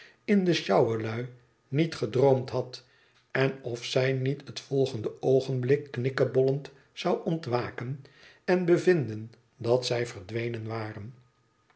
in de sjouwerlui niet gedroomd had en of zij niet het volgende oogenblik knikkebollend zou ontwaken en bevinden dat zij verdwenen waren